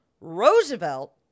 Roosevelt